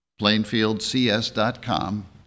plainfieldcs.com